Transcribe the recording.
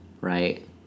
right